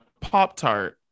Pop-Tart